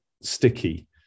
sticky